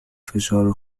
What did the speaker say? فشار